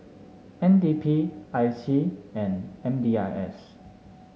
N D P I C and M D I S